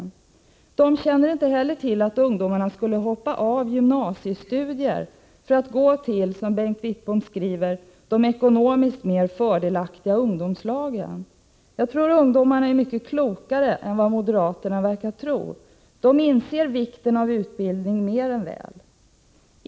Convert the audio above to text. På arbetsförmedlingen känner man inte heller till att ungdomarna skulle hoppa av gymnasiestudier för att gå till — som Bengt Wittbom säger — de ekonomiskt mer fördelaktiga ungdomslagen. Jag tror att ungdomarna är mycket klokare än moderaterna verkar tro. De inser vikten av utbildning mer än väl.